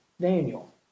Daniel